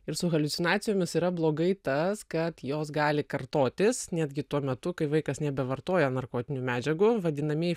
ir su haliucinacijomis yra blogai tas kad jos gali kartotis netgi tuo metu kai vaikas nebevartoja narkotinių medžiagų vadinamieji